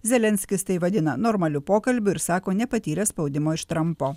zelenskis tai vadina normaliu pokalbiu ir sako nepatyręs spaudimo iš trampo